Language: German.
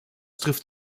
trifft